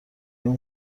اون